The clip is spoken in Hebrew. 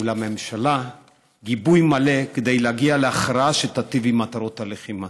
ולממשלה גיבוי מלא כדי להגיע להכרעה שתיטיב עם מטרות הלחימה.